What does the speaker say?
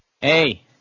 Hey